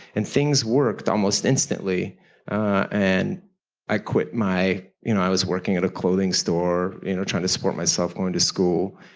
and things worked almost instantly instantly and i quit my you know i was working at a clothing store you know trying to support myself going to school.